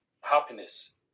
happiness